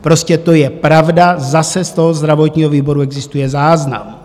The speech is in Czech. Prostě to je pravda, zase z toho zdravotního výboru existuje záznam.